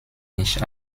nicht